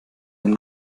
ein